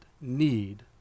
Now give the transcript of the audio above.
need